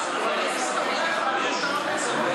זה אוסלו.